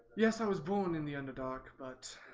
yes, i was born in the underdark, but